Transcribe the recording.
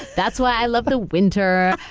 that's why i love the winter.